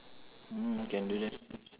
mm can do that